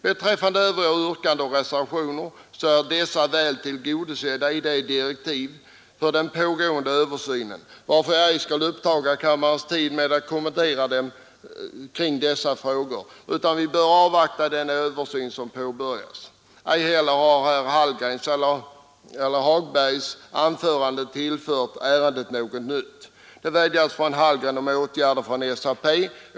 Övriga yrkanden i motioner och reservationer är väl tillgodosedda i direktiven till den pågående översynen, varför jag ej skall uppta kammarens tid med att kommentera dem. Vi bör avvakta den utredning som påbörjats. Ej heller har herr Hallgrens eller herr Hagbergs anföranden tillfört ärendet något nytt. Herr Hallgren vädjade om åtgärder från SAP.